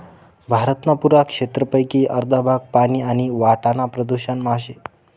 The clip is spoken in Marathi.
भारतना पुरा क्षेत्रपेकी अर्ध भाग पानी आणि वाटाना प्रदूषण मा शे